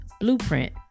blueprint